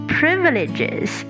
privileges